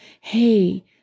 hey